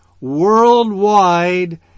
worldwide